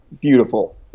beautiful